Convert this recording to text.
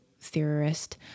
theorist